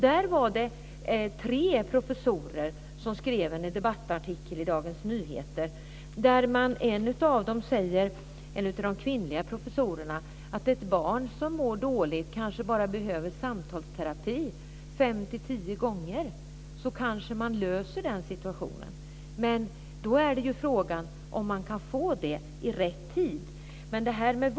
Det var tre professorer som skrev en debattartikel i Dagens Nyheter, och en av de kvinnliga professorerna sade där att ett barn som mår dåligt kanske bara behöver samtalsterapi fem-tio gånger för att situationen ska lösa sig. Frågan är då om de kan få det i rätt tid.